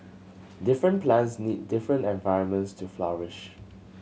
different plants need different environments to flourish